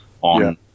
on